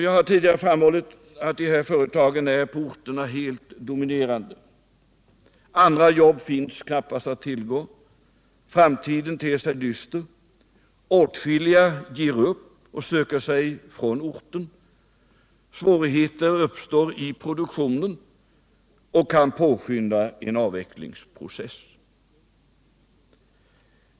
Jag har tidigare framhållit att de berörda företagen är de på resp. orter helt dominerande. Andra jobb finns knappast att tillgå. Framtiden ter sig dyster. Nr 107 Åtskilliga ger upp och söker sig från orten. Svårigheter uppstår i produktionen och kan påskynda en avvecklingsprocess.